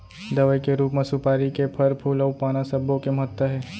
दवई के रूप म सुपारी के फर, फूल अउ पाना सब्बो के महत्ता हे